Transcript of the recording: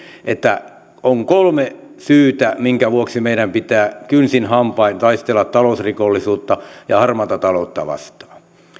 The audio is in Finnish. että on kolme syytä minkä vuoksi meidän pitää kynsin hampain taistella talousrikollisuutta ja harmaata taloutta vastaan